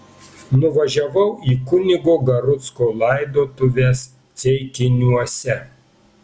nuvažiavau į kunigo garucko laidotuves ceikiniuose